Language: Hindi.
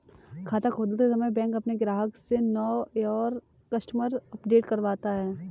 खाता खोलते समय बैंक अपने ग्राहक से नो योर कस्टमर अपडेट करवाता है